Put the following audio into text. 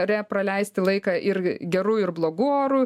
ore praleisti laiką ir geru ir blogu oru